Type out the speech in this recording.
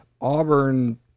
Auburn